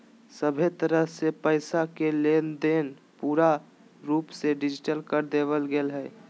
सभहे तरह से पैसा के लेनदेन पूरा रूप से डिजिटल कर देवल गेलय हें